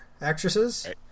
actresses